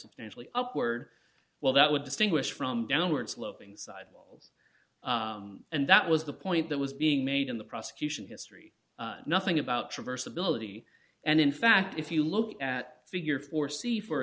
financially upward well that would distinguish from downward sloping side and that was the point that was being made in the prosecution history nothing about traverse ability and in fact if you look at figure four see for